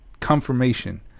Confirmation